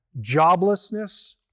joblessness